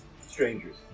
strangers